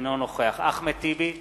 אינו נוכח אחמד טיבי,